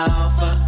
Alpha